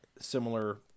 similar